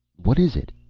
what is it?